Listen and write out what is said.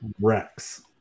Rex